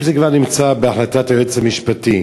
אם זה כבר נמצא בהחלטת היועץ המשפטי,